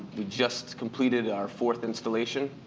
we just completed our fourth installation